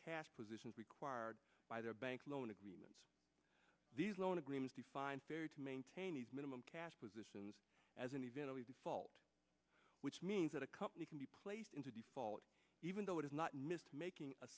cash position required by their bank loan agreements these loan agreement define fair to maintain minimum cash positions as an event of a fault which means that a company can be placed into default even though it is not missed making a